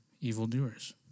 evildoers